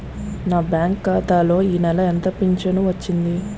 నా బ్యాంక్ ఖాతా లో ఈ నెల ఎంత ఫించను వచ్చింది?